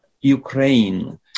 Ukraine